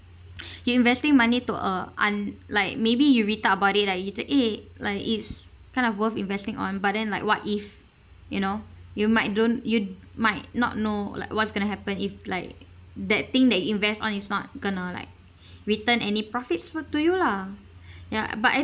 you investing money to a un~ like maybe you re-thought about it lah you thought eh like it's kind of worth investing on but then like what if you know you might don't you might not know like what's going to happen if like that thing they invest on is not going to like return any profits for to you lah ya but I